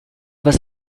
was